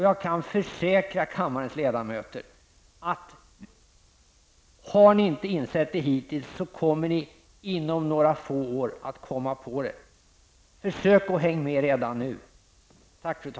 Jag kan försäkra kammarens ledamöter: Har ni inte insett detta hittills, kommer ni inom några få år att komma underfund med det. Försök att hänga med redan nu! Tack, fru talman.